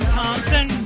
Thompson